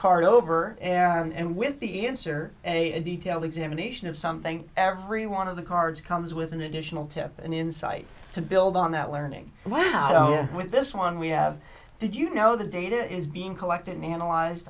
card over and with the answer a detailed examination of something every one of the cards comes with an additional tip and insight to build on that learning why out with this one we have did you know the data is being collected and analyze